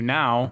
now